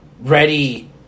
Ready